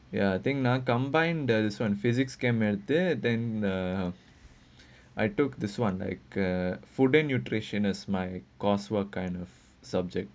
ya I think now combined there is [one] physics chemistry there and then uh I took this [one] like a food and nutrition is my course work kind of subject